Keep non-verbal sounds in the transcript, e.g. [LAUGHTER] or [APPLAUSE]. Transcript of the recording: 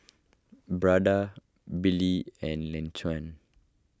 [UNINTELLIGIBLE] Billy and Laquan